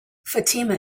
fatima